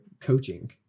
coaching